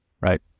right